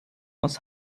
aus